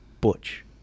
Butch